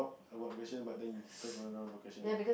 talk about the question but then you turn around the question